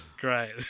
Great